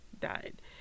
died